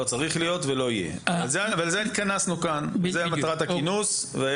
בשל כך התכנסנו כאן, זאת מטרת הכינוס.